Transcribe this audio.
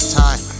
time